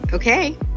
Okay